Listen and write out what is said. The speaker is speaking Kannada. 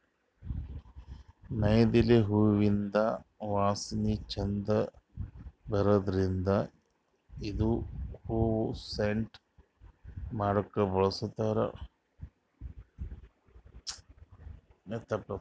ನೈದಿಲೆ ಹೂವಿಂದ್ ವಾಸನಿ ಛಂದ್ ಬರದ್ರಿನ್ದ್ ಇದು ಹೂವಾ ಸೆಂಟ್ ಮಾಡಕ್ಕ್ ಬಳಸ್ತಾರ್